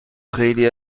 خیلی